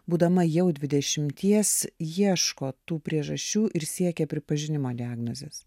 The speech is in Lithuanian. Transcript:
būdama jau dvidešimties ieško tų priežasčių ir siekia pripažinimo diagnozės